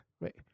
Wait